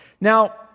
Now